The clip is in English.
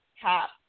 Cap